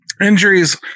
Injuries